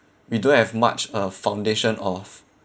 we don't have much uh foundation of